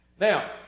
Now